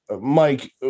Mike